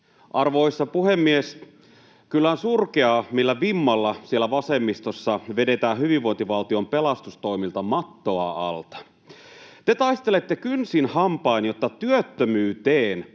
Arvoisa puhemies! Kyllä on surkeaa, millä vimmalla siellä vasemmistossa vedetään hyvinvointivaltion pelastustoimilta mattoa alta. Te taistelette kynsin hampain, jotta työttömyyteen